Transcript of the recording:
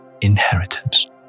inheritance